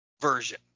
version